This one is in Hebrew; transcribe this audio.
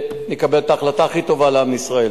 ונקבל את ההחלטה הכי טובה לעם ישראל.